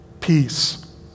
peace